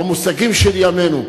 במושגים של ימינו,